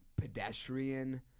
pedestrian